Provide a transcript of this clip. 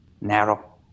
narrow